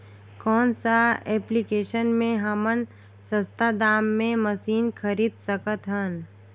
कौन सा एप्लिकेशन मे हमन सस्ता दाम मे मशीन खरीद सकत हन?